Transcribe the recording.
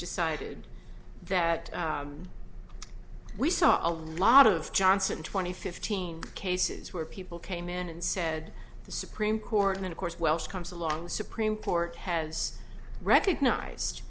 decided that we saw a lot of johnson twenty fifteen cases where people came in and said the supreme court and of course welsh comes along the supreme court has recognized